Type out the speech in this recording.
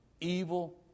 evil